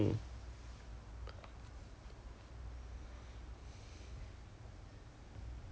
then from outside we just take the the tent and then try to set it up from there lor instead of inside